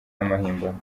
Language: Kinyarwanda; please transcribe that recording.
y’amahimbano